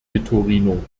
vitorino